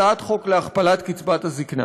הצעת חוק להכפלת קצבת הזקנה.